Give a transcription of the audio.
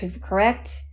correct